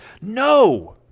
no